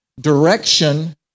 direction